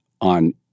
on